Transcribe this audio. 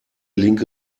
linke